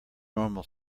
normal